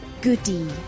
goody